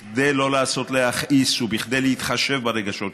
כדי לא לעשות "להכעיס" וכדי להתחשב ברגשות שלכם.